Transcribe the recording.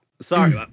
sorry